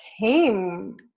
came